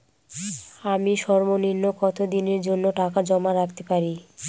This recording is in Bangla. আমি সর্বনিম্ন কতদিনের জন্য টাকা জমা রাখতে পারি?